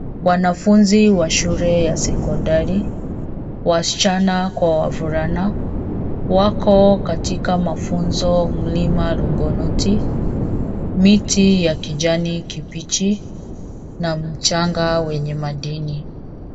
Wanafunzi wa shule ya sekondari wasichana kwa wavulana wako katika mafunzo mlima Longonoti miti ya kijani kibichi na mchanga wenye madini.